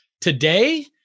Today